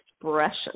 expression